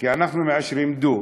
כי אנחנו מאשרים דו-שנתי,